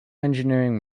engineering